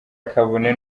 kabone